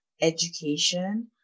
education